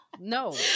no